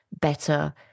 better